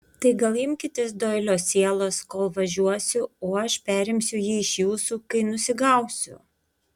tai gal imkitės doilio sielos kol važiuosiu o aš perimsiu jį iš jūsų kai nusigausiu